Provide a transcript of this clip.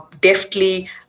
deftly